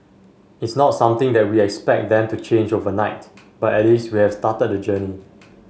it's not something that we expect them to change overnight but at least we have started the journey